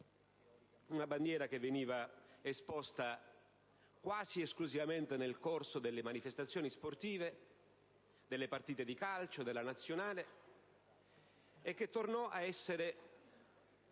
della bandiera, che veniva esposta quasi esclusivamente nel corso delle manifestazioni sportive e delle partite di calcio della Nazionale, e che tornò ad essere,